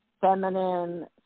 feminine